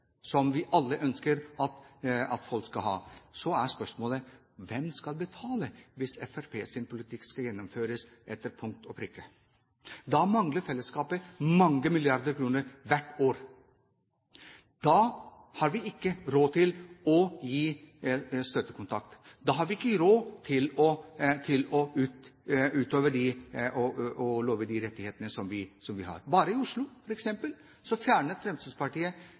som vi alle ønsker at folk skal ha. Så er spørsmålet: Hvem skal betale hvis Fremskrittspartiets politikk skal gjennomføres til punkt og prikke? Da mangler fellesskapet mange milliarder kroner hvert år. Da har vi ikke råd til å gi støttekontakt, da har vi ikke råd til å love de rettighetene som vi har. Bare i Oslo f.eks. fjernet Fremskrittspartiet